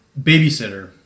Babysitter